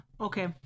Okay